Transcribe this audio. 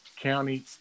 County